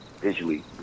visually